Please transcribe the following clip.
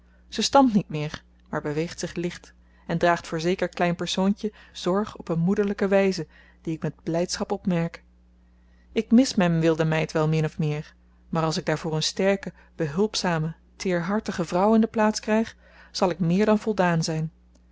ze stampt niet meer maar beweegt zich licht en draagt voor zeker klein persoontje zorg op een moederlijke wijze die ik met blijdschap opmerk ik mis mijn wilde meid wel min of meer maar als ik daarvoor een sterke behulpzame teerhartige vrouw in de plaats krijg zal ik meer dan voldaan zijn